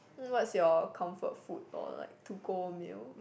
what's your comfort food or like to go meal